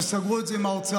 שסגרו את זה עם האוצר.